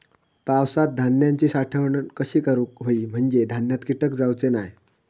पावसात धान्यांची साठवण कशी करूक होई म्हंजे धान्यात कीटक जाउचे नाय?